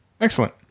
Excellent